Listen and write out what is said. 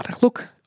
Look